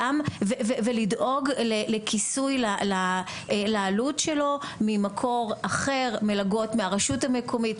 ולדאוג לכיסוי לעלות שלו ממקור אחר: מלגות מהרשות המקומית,